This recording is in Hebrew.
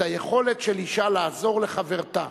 את היכולת של אשה לעזור לחברתה,